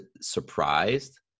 surprised